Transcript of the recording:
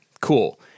cool